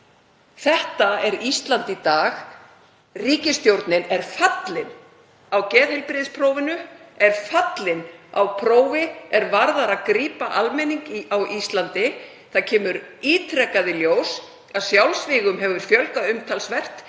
Þetta er Ísland í dag. Ríkisstjórnin er fallin á geðheilbrigðisprófinu, er fallin á prófi er varðar það að grípa almenningi á Íslandi. Það kemur ítrekað í ljós að sjálfsvígum hefur fjölgað umtalsvert.